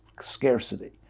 scarcity